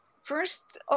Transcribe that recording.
first